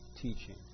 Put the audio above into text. teaching